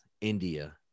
India